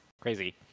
crazy